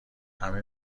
همه